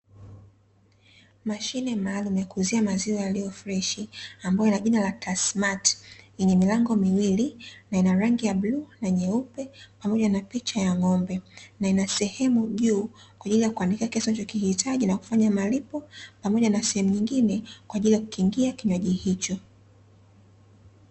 Mashine malumu ya kuuzia maziwa yaliyo freshi, ambayo ina jina la "TASSMATT", yenye milango miwili; na ina rangi ya bluu na nyeupe, pamoja na picha ya ng'ombe na ina sehemu juu kwa ajili ya kuandika kiasi unachokihitaji na kufanya malipo, pamoja na sehemu nyingine kwa ajili ya kukingia kinywaji hicho.